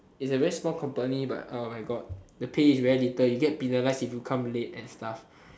is a very small company but oh my god the pay is very little you get penalised if you come late and stuff